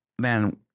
man